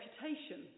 reputation